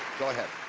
go ahead.